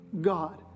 God